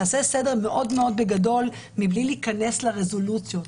נעשה סדר מאוד מאוד בגדול מבלי להיכנס לרזולוציות.